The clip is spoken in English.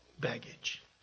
baggage